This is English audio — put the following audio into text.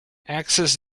access